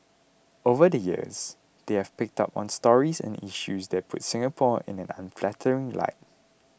over the years they have picked up on stories and issues that puts Singapore in an unflattering light